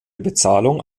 bezahlung